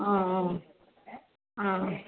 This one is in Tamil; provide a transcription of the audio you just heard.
ஆ ஆ ஆ